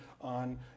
on